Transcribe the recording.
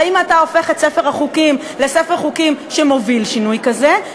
והאם אתה הופך את ספר החוקים לספר חוקים שמוביל שינוי כזה,